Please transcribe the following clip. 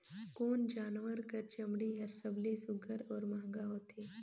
कोन जानवर कर चमड़ी हर सबले सुघ्घर और महंगा होथे?